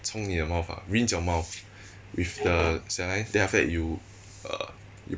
冲你的 mouth ah rinse your mouth with the saline then after that you yo~